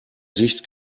sicht